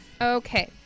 Okay